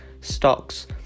stocks